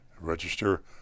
register